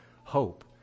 hope